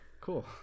cool